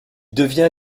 devient